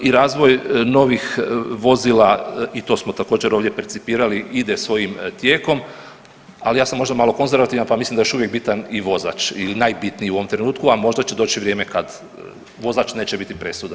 I razvoj novih vozila i to smo također ovdje percipirali ide svojim tijekom, ali ja sam možda malo konzervativan pa mislim da je još uvijek bitan i vozač ili najbitniji u ovom trenutku, a možda će doći vrijeme kad vozač neće biti presuda.